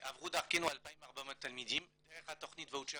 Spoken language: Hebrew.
עברו דרכנו 2,400 תלמידים דרך תכנית הוואוצ'ר